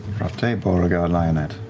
rough day, beauregard lionett?